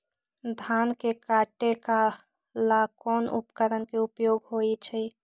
धान के काटे का ला कोंन उपकरण के उपयोग होइ छइ?